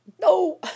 No